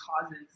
causes